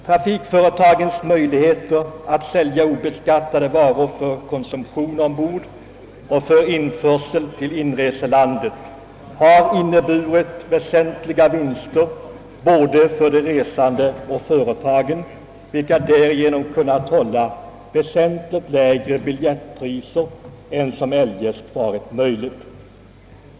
Trafikföretagens möjligheter att sälja obeskattade varor för konsumtion ombord och för införsel till inreselandet har inneburit väsentliga vinster både för de resande och för företagen, vilka senare därigenom kunnat hålla väsentligt lägre biljettpriser än som eljest hade varit möjligt.